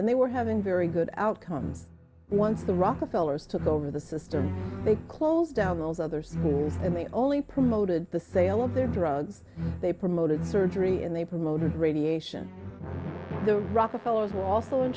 and they were having very good outcomes once the rockefeller's took over the system they closed down those others and they only promoted the sale of their drugs they promoted surgery and they promoted radiation the rockefeller's were also in